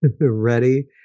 ready